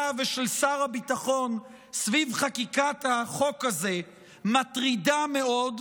ושל שר הביטחון סביב חקיקת החוק הזה מטרידות מאוד,